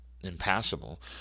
impassable